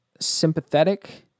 sympathetic